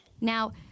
Now